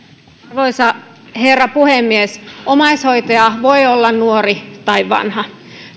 arvoisa herra puhemies omaishoitaja voi olla nuori tai vanha